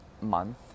month